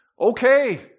okay